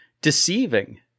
deceiving